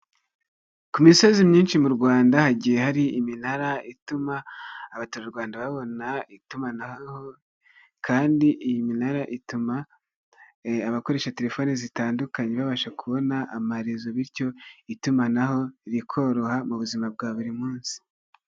Ku misozi myinshi mu Rwanda, hagiye hari iminara ituma abaturarwanda babona itumanaho, kandi iyi minara ituma abakoresha telefoni zitandukanye babasha kubona amarezo, bityo itumanaho rikoroha mu buzima bwa buri munsi.